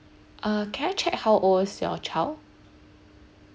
uh can I check how old is your child